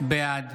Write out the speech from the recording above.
בעד